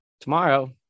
tomorrow